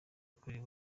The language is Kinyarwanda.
gukorera